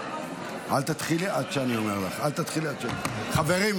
חבר הכנסת אופיר כץ, בבקשה.